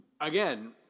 again –